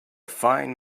fine